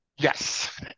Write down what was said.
Yes